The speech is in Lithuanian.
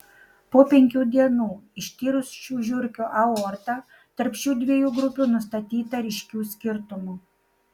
po penkių dienų ištyrus šių žiurkių aortą tarp šių dviejų grupių nustatyta ryškių skirtumų